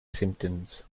symptoms